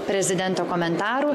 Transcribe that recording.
prezidento komentarų